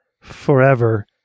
forever